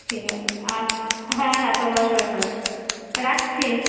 ঠিক আছে আচ্ছা হ্যাঁ হ্যাঁ তোমরাও সবাই ভালো থেকো রাখছি